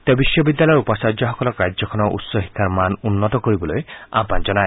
তেওঁ বিশ্ববিদ্যালয়ৰ উপচাৰ্যসকলক ৰাজ্যখনৰ উচ্চ শিক্ষাৰ মান উন্নত কৰিবলৈ আহুান জনায়